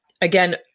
again